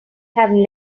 have